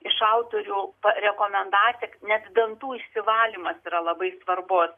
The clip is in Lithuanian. iš autorių rekomendaciją net dantų išsivalymas yra labai svarbus